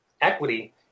equity